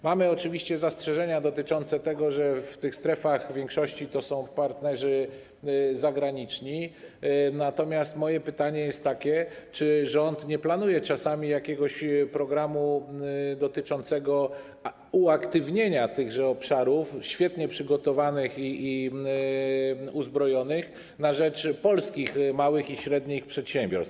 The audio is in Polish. Mamy oczywiście zastrzeżenia dotyczące tego, że w tych strefach w większości są partnerzy zagraniczni, natomiast pytanie jest takie: Czy rząd nie planuje czasami jakiegoś programu dotyczącego uaktywnienia tychże obszarów, świetnie przygotowanych i uzbrojonych, na rzecz polskich małych i średnich przedsiębiorstw?